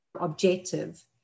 objective